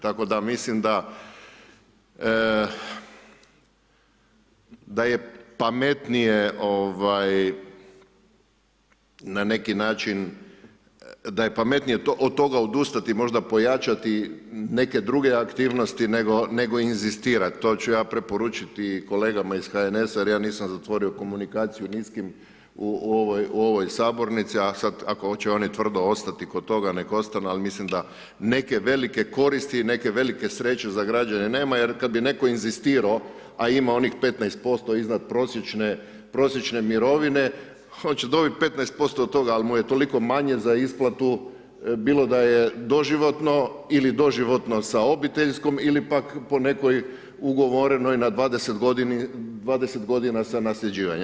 Tako da mislim da je pametnije na neki način, da je pametnije od toga odustati, možda pojačati neke druge aktivnosti nego inzistirati, to ću ja preporučiti kolegama iz HNS-a, jer ja nisam zatvorio komunikaciju ni s kim u ovoj sabornici, a sad ako će oni tvrdo ostati kod toga nek ostanu, ali mislim da neke velike koristi, neke velike sreće za građane nema, jer kad bi netko inzistirao, a ima onih 15% iznadprosječne mirovine, on će dobiti 15% od toga, ali mu je toliko manje za isplatu, bilo da je doživotno ili doživotno sa obiteljskom ili pak po nekoj ugovorenoj na 20 godina sa nasljeđivanjem.